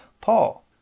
Paul